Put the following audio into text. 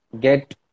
get